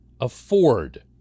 afford